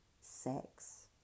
Sex